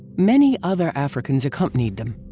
many other africans accompanied them.